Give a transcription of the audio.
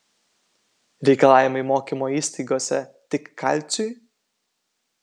reikalavimai mokymo įstaigose tik kalciui